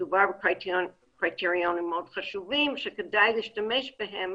מדובר בקריטריונים מאוד חשובים שכדאי להשתמש בהם